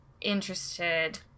interested